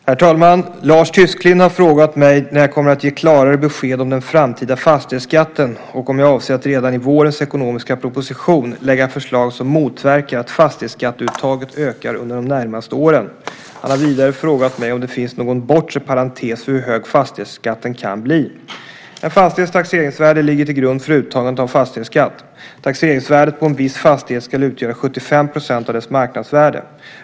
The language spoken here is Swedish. Herr talman! Lars Tysklind har frågat mig när jag kommer att ge klarare besked om den framtida fastighetsskatten och om jag avser att redan i vårens ekonomiska proposition lägga fram förslag som motverkar att fastighetsskatteuttaget ökar under de närmaste åren. Han har vidare frågat mig om det finns någon bortre parentes för hur hög fastighetsskatten kan bli. En fastighets taxeringsvärde ligger till grund för uttagandet av fastighetsskatt. Taxeringsvärdet på en viss fastighet ska utgöra 75 % av dess marknadsvärde.